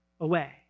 away